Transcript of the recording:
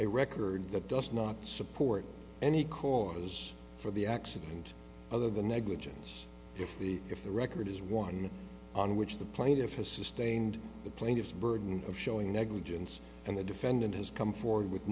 a record that does not support any cause for the accident other than negligence if the if the record is one on which the plaintiff has sustained the plaintiff's burden of showing negligence and the defendant has come forward with